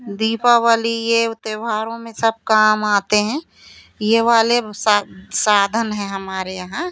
दीपावली ये त्यौहारों में सब काम आते हैं ये वाले साधन हैं हमारे यहाँ